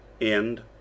End